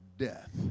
death